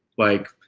like,